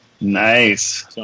Nice